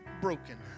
broken